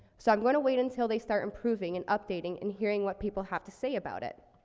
so i'm gonna wait until they start improving, and updating, and hearing what people have to say about it.